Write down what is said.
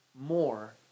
More